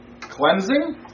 cleansing